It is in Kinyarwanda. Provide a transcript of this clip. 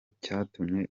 cyatumye